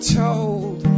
told